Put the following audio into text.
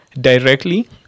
directly